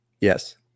Yes